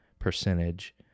Percentage